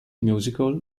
musical